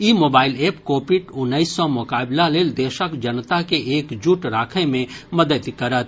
ई mobile app covid उन्नैस सॅ मोकाबिला लेल देशक जनता के एकजुट राखय मे मददि करत